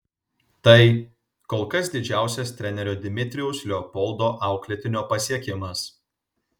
tai kol kas didžiausias trenerio dmitrijaus leopoldo auklėtinio pasiekimas